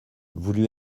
voulut